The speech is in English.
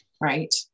Right